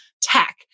tech